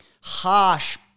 harsh